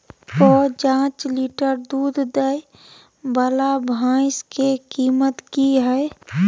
प जॉंच लीटर दूध दैय वाला भैंस के कीमत की हय?